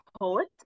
poet